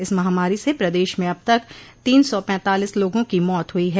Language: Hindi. इस महामारी से प्रदेश में अब तक तीन सौ पैंतालीस लोगों की मौत हुई है